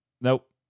Nope